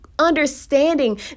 understanding